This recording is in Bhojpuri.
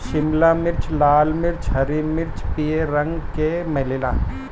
शिमला मिर्च लाल, हरिहर, पियर रंग के मिलेला